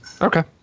Okay